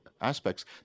aspects